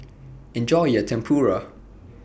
Enjoy your Tempura